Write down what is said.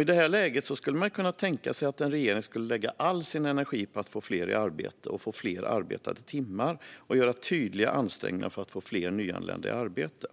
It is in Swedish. I detta läge skulle man kunna tänka sig att en regering skulle lägga all sin energi på att få fler i arbete, få fler arbetade timmar och göra tydliga ansträngningar för att få fler nyanlända i arbete.